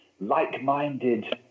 like-minded